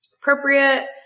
appropriate